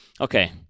Okay